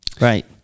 Right